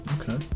Okay